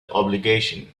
obligation